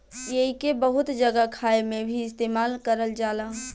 एइके बहुत जगह खाए मे भी इस्तेमाल करल जाला